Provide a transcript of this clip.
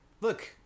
look